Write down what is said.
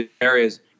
areas